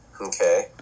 Okay